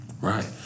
Right